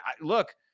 look